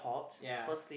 ya